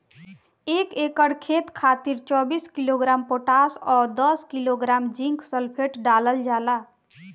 एक एकड़ खेत खातिर चौबीस किलोग्राम पोटाश व दस किलोग्राम जिंक सल्फेट डालल जाला?